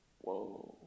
Whoa